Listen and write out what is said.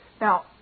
Now